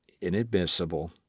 inadmissible